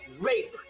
rape